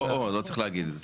או או צריך להגיד את זה.